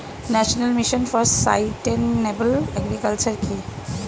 National mission for sustainable agriculture কি?